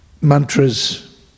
mantras